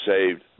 saved